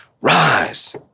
rise